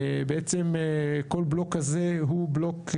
בעצם כל בלוק כזה הוא בלוק,